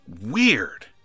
weird